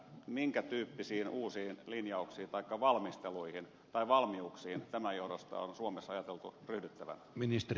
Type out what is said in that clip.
minkä tyyppisiin uusiin valmisteluihin tämän johdosta on suomessa ajateltu ryhdyttävän